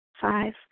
Five